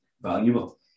valuable